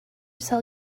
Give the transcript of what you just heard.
cell